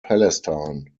palestine